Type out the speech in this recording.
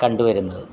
കണ്ടു വരുന്നത്